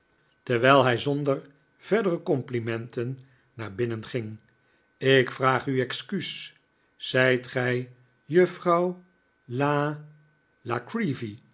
terwijl hij zonder verdere complimenten naar binnen ging ik vraag u excuus zijt gij juffrouw la la creevy